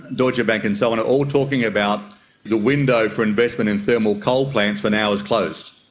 deutsche bank and so on are all talking about the window for investment in thermal coal plants for now is closed.